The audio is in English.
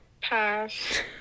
Pass